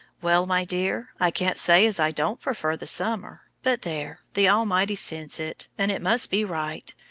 well, my dear, i can't say as i don't prefer the summer but there the almighty sends it, and it must be right,